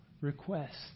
request